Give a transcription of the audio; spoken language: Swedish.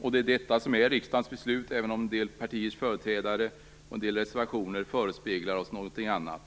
och det är detta som är riksdagens beslut, även om en del partiers företrädare och en del reservationer förespeglar oss någonting annat.